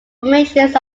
formations